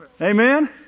Amen